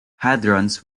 hadrons